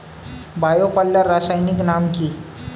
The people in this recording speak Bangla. বায়ো পাল্লার রাসায়নিক নাম কি?